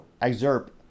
excerpt